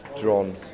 drawn